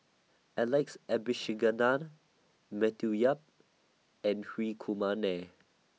Alex Abisheganaden Matthew Yap and Hri Kumar Nair